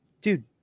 dude